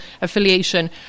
affiliation